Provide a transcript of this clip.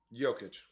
Jokic